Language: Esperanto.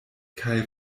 kaj